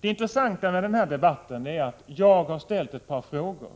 Det intressanta med den här debatten är emellertid att jag har ställt ett par frågor